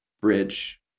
bridge